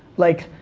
like,